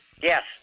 Yes